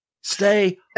Stay